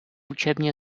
učebně